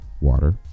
water